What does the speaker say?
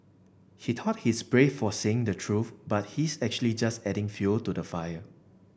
he thought he's brave for saying the truth but he's actually just adding fuel to the fire